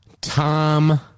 Tom